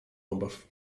obaw